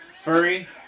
Furry